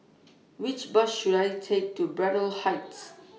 Which Bus should I Take to Braddell Heights